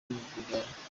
rwigara